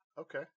okay